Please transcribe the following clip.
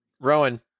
Rowan